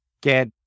get